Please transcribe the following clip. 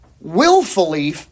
willfully